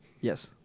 Yes